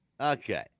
Okay